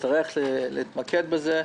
- נצטרך להתמקד בזה,